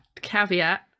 caveat